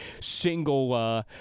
single